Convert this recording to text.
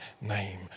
name